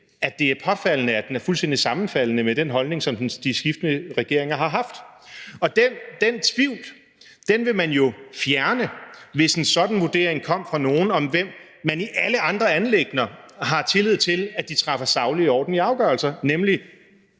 at det er påfaldende, at den er fuldstændig sammenfaldende med den holdning, som de skiftende regeringer har haft. Og den tvivl vil man jo fjerne, hvis en sådan vurdering kommer fra nogle, som man i alle andre anliggender har tillid til træffer saglige og ordentlige afgørelser, nemlig